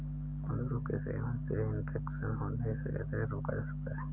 कुंदरू के सेवन से इन्फेक्शन होने के खतरे को रोका जा सकता है